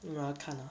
我要看 ah